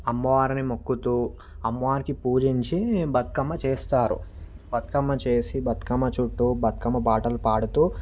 అమ్మవారిని మొక్కుతూ అమ్మవారికి పూజించి బతుకమ్మ చేస్తారు బతుకమ్న చేసి బతుకమ్మ చుట్టూ బతుకమ్మ పాటలు పాడుతూ